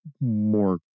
more